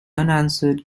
unanswered